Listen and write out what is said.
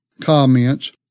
comments